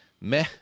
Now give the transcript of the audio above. meh